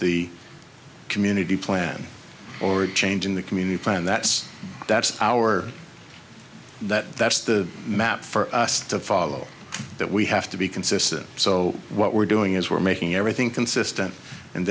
the community plan or a change in the community plan that's that's our that that's the map for us to follow that we have to be consistent so what we're doing is we're making everything consistent and